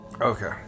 Okay